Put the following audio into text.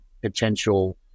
potential